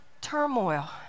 turmoil